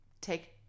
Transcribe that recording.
take